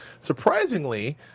surprisingly